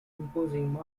imposing